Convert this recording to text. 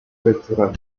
electoral